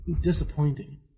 disappointing